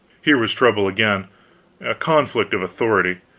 here was trouble again a conflict of authority.